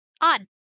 odd